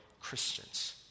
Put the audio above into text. Christians